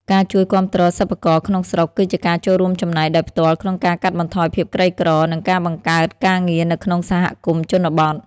ការជួយគាំទ្រសិប្បករក្នុងស្រុក គឺជាការចូលរួមចំណែកដោយផ្ទាល់ក្នុងការកាត់បន្ថយភាពក្រីក្រ និងការបង្កើតការងារនៅក្នុងសហគមន៍ជនបទ។